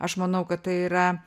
aš manau kad tai yra